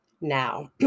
Now